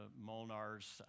Molnar's